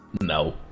No